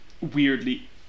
weirdly